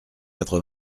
quatre